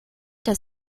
das